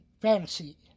fantasy